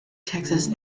texas